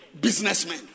businessmen